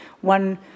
one